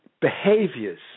behaviors